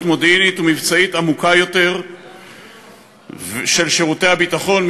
מודיעינית ומבצעית עמוקה יותר של שירותי הביטחון,